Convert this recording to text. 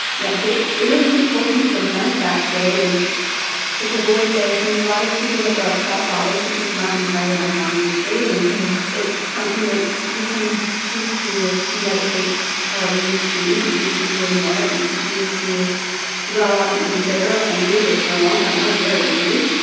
it it really did force me to confront that void, and it's a void that, i think, a lot of people that grow up without fathers which is not entirely uncommon these days, and it's something that you can just choose to medicate however you choose you can choose to ignore it. you can choose to dwell on it and be bitter or angry, which, for a long time, i was very angry.